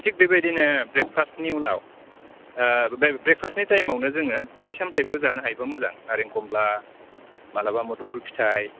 थिक बेबायदिनो ब्रेकफास्टनि उनाव ब्रेकफास्टनि टाइमआवनो जोङो फिथाइ सामथायबो जानो हायोबा मोजां नारें खमला माब्लाबा मोडोमफुल फिथाइ